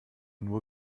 nur